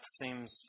seems